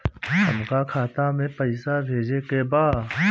हमका खाता में पइसा भेजे के बा